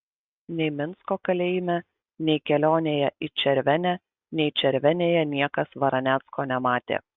nei minsko kalėjime nei kelionėje į červenę nei červenėje niekas varanecko nematė